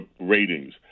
ratings